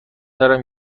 دارم